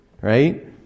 right